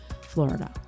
Florida